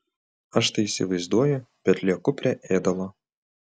aš tai įsivaizduoju bet lieku prie ėdalo